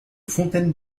fontaine